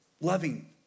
loving